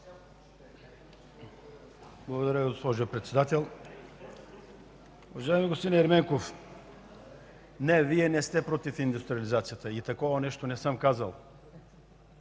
Благодаря Ви, госпожо Председател. Уважаеми господин Ерменков, не, Вие не сте против индустриализацията и такова нещо не съм казал,